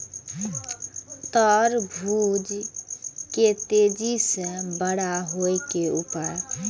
तरबूज के तेजी से बड़ा होय के उपाय?